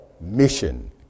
mission